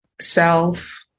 self